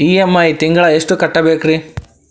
EMI ತಿಂಗಳ ಎಷ್ಟು ಕಟ್ಬಕ್ರೀ?